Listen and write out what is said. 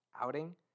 outing